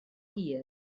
hir